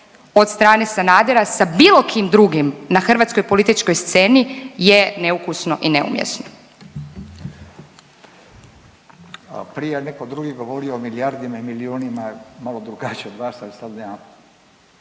od strane Sanadera sa bilo kim drugim na hrvatskoj političkoj sceni je neukusno i neumjesno. **Radin, Furio (Nezavisni)** A prije je neko drugi govorio o milijardama i milijunima malo drugačije od vas …/Govornik